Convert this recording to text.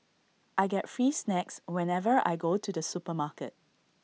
I get free snacks whenever I go to the supermarket